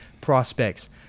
Prospects